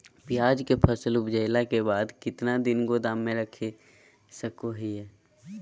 प्याज के फसल उपजला के बाद कितना दिन गोदाम में रख सको हय?